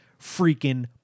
freaking